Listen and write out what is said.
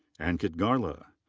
ankit garla.